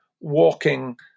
walking